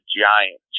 giant